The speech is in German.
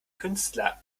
künstler